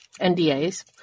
NDAs